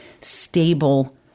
stable